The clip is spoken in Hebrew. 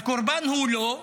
אז קורבן הוא לא.